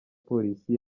polisi